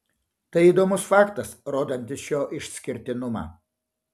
tai įdomus faktas rodantis šio išskirtinumą